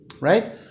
Right